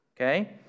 Okay